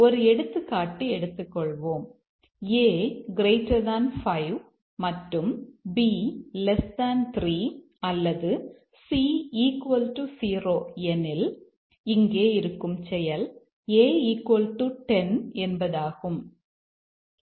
ஒரு எடுத்துக்காட்டு எடுத்துக்கொள்வோம் a 5 மற்றும் b 3 அல்லது c 0 எனில் இங்கே இருக்கும் செயல் a 10 என்பதாகும்